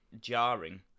Jarring